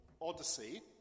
Odyssey